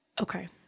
Okay